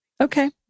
Okay